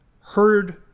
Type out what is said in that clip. heard